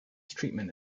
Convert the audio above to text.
treatment